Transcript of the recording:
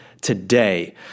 today